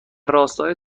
راستای